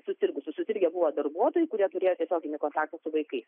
susirgusių susirgę buvo darbuotojai kurie turėjo tiesioginį kontaktą su vaikais